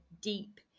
deep